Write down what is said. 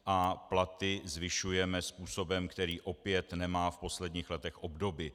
A platy zvyšujeme způsobem, který opět nemá v posledních letech obdoby.